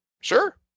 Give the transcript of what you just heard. sure